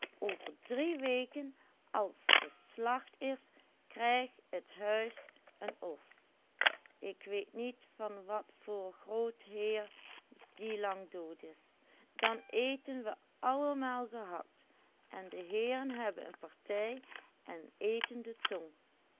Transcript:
over drie weken as de slacht is krijgt et huis n os ik weet niet van wat voor groot heer die lang dood is dan eten we allemaal gehakt en de heeren hebben n partij en eten de tong